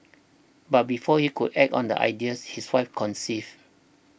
but before he could act on the ideas his wife conceived